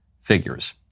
figures